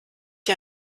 dir